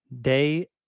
day